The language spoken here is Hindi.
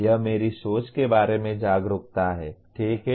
यह मेरी सोच के बारे में जागरूकता है ठीक है